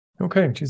Okay